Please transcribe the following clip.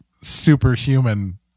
superhuman